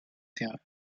terreur